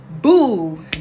Boo